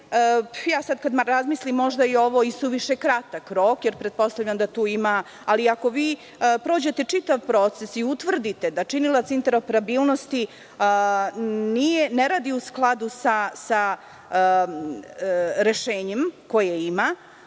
rešenje. Kada razmislim, možda je ovo i suviše kratak rok, jer pretpostavljam da tu ima, ali ako prođete čitav proces i utvrdite da činilac interoperabilnosti ne radi u skladu sa rešenjem koje ima,